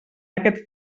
aquest